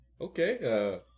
Okay